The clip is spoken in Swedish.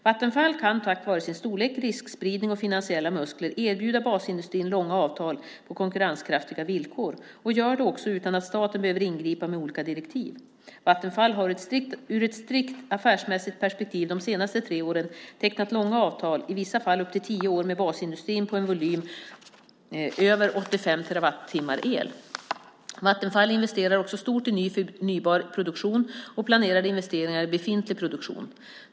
Vattenfall kan tack vare sin storlek, riskspridning och finansiella muskler erbjuda basindustrin långa avtal på konkurrenskraftiga villkor och gör det också utan att staten behöver ingripa med olika direktiv. Vattenfall har ur ett strikt affärsmässigt perspektiv de senaste tre åren tecknat långa avtal, i vissa fall upp till tio år, med basindustrin på en volym över 85 terawattimmar el. Vattenfall investerar också stort i ny förnybar produktion och planerar investeringar i befintlig produktion.